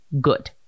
good